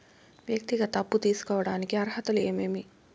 వ్యక్తిగత అప్పు తీసుకోడానికి అర్హతలు ఏమేమి